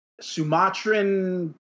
Sumatran